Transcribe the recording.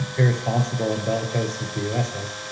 irresponsible and bellicose as the us has